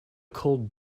cold